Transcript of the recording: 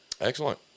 Excellent